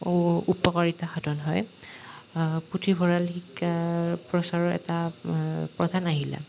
উপকাৰীতা সাধন হয় পুথিভঁৰাল শিক্ষাৰ প্ৰচাৰো এটা প্ৰধান আহিলা